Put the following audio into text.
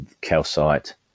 calcite